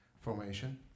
formation